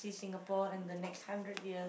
see Singapore in the next hundred years